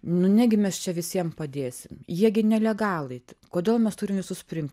nu negi mes čia visiem padėsim jie gi nelegalai t kodėl mes turim visus priimt